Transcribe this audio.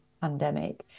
pandemic